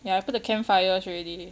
ya I put the campfires already